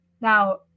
Now